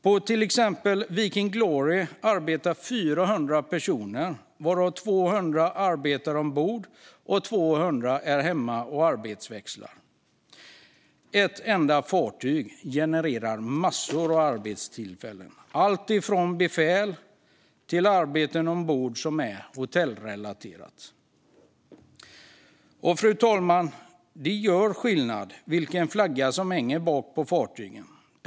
På exempelvis Viking Glory arbetar 400 personer, varav 200 arbetar ombord och 200 är hemma och arbetsväxlar. Ett enda fartyg genererar massor av arbetstillfällen, alltifrån befäl till arbeten ombord som är hotellrelaterade. Fru talman! Vilken flagga som hänger bak på fartygen gör skillnad.